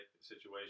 situation